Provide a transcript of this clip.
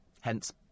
Hence